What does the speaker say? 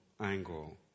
angle